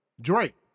Drake